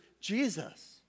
Jesus